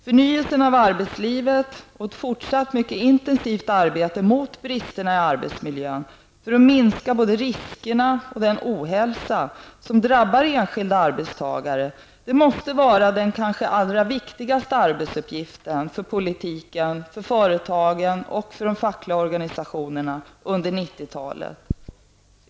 Förnyelsen av arbetslivet och ett fortsatt mycket intensivt arbete för att komma till rätta med bristerna i arbetsmiljön i syfte att minska de risker och den ohälsa som drabbar enskilda arbetstagare måste vara kanske en av de allra viktigaste uppgifterna för politikerna, för företagen och för de fackliga organisationerna under 90-talet.